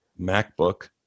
MacBook